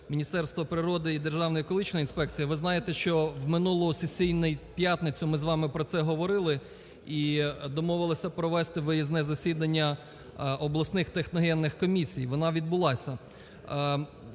Міністерства природи і Державної екологічної інспекції. Ви знаєте, що в минулу сесійну п'ятницю ми з вами про це говорили і домовилися провести виїзне засідання обласних техногенних комісій. Вона відбулася.